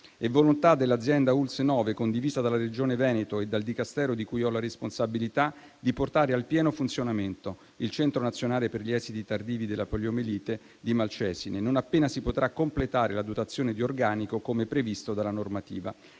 È volontà dell'azienda ULSS 9, condivisa dalla Regione Veneto e dal Dicastero di cui ho la responsabilità, di portare al pieno funzionamento il Centro nazionale per gli esiti tardivi della poliomielite di Malcesine non appena si potrà completare la dotazione di organico, come previsto dalla normativa.